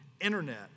internet